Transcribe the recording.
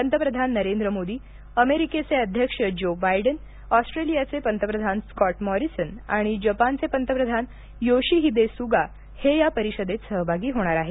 पंतप्रधान नरेंद्र मोदी अमेरिकेचे अध्यक्ष ज्यो बायडन ऑस्ट्रेलियाचे पंतप्रधान स्कॉट मॉरीसन आणि जपानचे पंतप्रधान योशिहीदे सुगा हे या परिषदेत सहभागी होणार आहेत